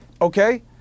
Okay